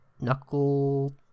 Knuckle